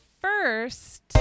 first